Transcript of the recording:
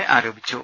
A ആരോപിച്ചു